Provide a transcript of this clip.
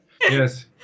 Yes